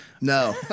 No